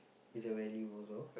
is a value also